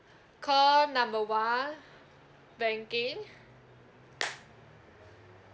call number one banking